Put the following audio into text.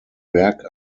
berg